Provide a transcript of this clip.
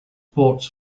ports